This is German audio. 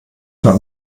für